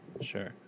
sure